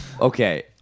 Okay